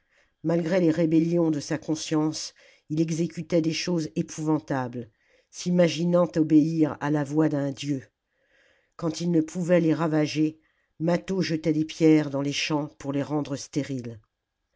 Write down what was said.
malgré les rébellions de sa conscience il exécutait des choses épouvantables s'imaginant obéir à la voix d'un dieu quand il ne pouvait les ravager mâtho jetait des pierres dans les champs pour les rendre stériles